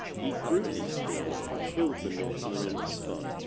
he threw his spear and killed the norseman on the spot.